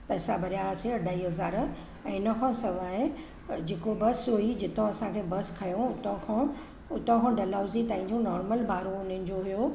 पैसा भरियासे अढ़ाई हज़ार ऐं इन खां सिवाइ जेको बस हुई जितो असांखे बस खयों हुतां खां हुतां खां डलहाउज़ी ताईं जो नॉर्मल भाड़ो हुननि जो हुओ